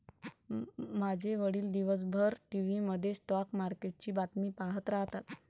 माझे वडील दिवसभर टीव्ही मध्ये स्टॉक मार्केटची बातमी पाहत राहतात